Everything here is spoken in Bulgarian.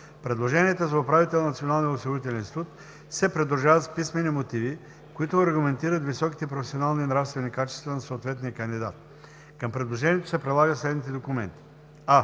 Предложенията за управител на Националния осигурителен институт се придружават с писмени мотиви, които аргументират високите професионални и нравствени качества на съответния кандидат. Към предложението се прилагат следните документи: а)